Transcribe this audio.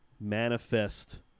manifest